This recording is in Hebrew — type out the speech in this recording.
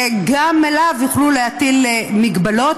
גם עליו יוכלו להטיל הגבלות,